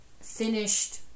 finished